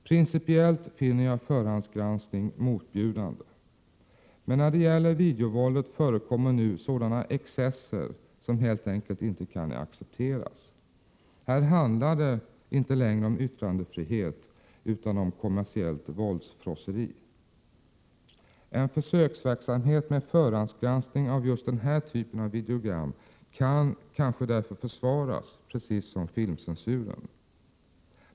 Principiellt finner jag förhandsgranskning motbjudande. Men när det gäller videovåldet förekommer nu sådana excesser som helt enkelt inte kan accepteras. Här handlar det inte längre om yttrandefrihet utan om kommersiellt våldsfrosseri. En försöksverksamhet med förhandsgranskning av just den här typen av videogram kan därför kanske försvaras, precis som filmcensuren.